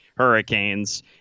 hurricanes